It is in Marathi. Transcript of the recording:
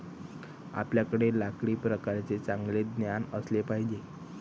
आपल्याकडे लाकडी प्रकारांचे चांगले ज्ञान असले पाहिजे